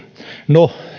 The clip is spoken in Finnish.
no